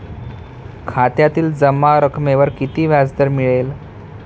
खात्यातील जमा रकमेवर किती व्याजदर मिळेल?